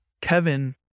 Kevin